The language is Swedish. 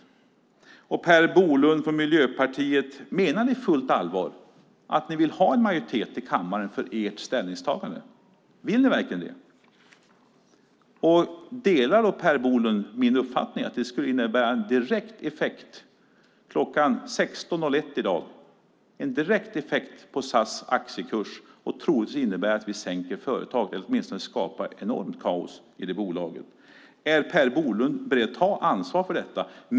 Min fråga till Per Bolund från Miljöpartiet är: Menar ni på fullt allvar att ni vill ha en majoritet i kammaren för ert ställningstagande? Vill ni verkligen det? Och delar Per Bolund då min uppfattning att det skulle innebära en direkt effekt på SAS aktiekurs kl. 16.01 i dag och att det troligtvis skulle innebära att vi sänker företaget eller åtminstone skapar enormt kaos i bolaget? Är Per Bolund beredd att ta ansvar för detta?